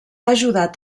ajudat